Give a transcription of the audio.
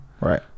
Right